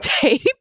tape